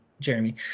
jeremy